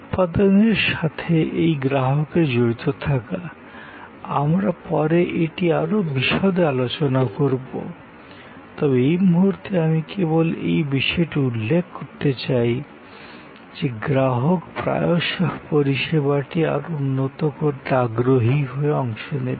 উৎপাদনের সাথে এই গ্রাহকের জড়িত থাকা আমরা পরে এটি আরও বিশদে আলোচনা করব তবে এই মুহুর্তে আমি কেবল এই বিষয়টি উল্লেখ করতে চাই যে গ্রাহক প্রায়শঃ পরিষেবাটি আরও উন্নত করতে আগ্রহী হয়ে অংশ নেবেন